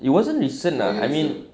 it wasn't recent ah I mean